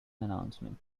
announcement